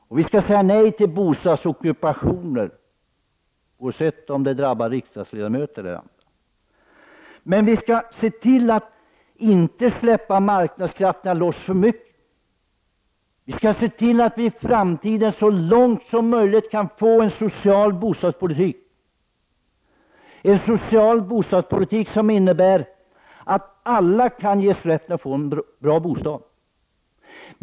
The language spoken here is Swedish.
Och vi skall säga nej till bostadsockupationer, oavsett om det drabbar riksdagsledamöter eller andra. Vi får inte släppa loss marknadskrafterna för mycket, och vi måste se till att vi i framtiden får en social bostadspolitik som innebär att alla ges rätt att få en bra bostad.